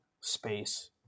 space